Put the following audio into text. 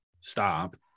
Stop